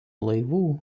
laivų